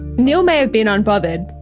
neil may have been unbothered,